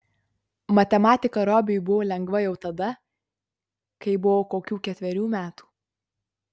matematika robiui buvo lengva jau tada kai buvo kokių ketverių metų